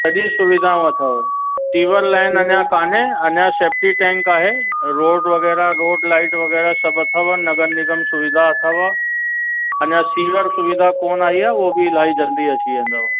सॼी सुविधाऊं अथव सीवर लाइन अञा काने अञा सेफ़्टी टैंक आहे रोड वग़ैरह रोड लाइट वग़ैरह सभु अथव नगर निगम सुविधा अथव अञा सीवर सुविधा कोन आई आहे उहो बि इलाही जल्दी अची वेंदव